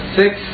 six